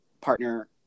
partner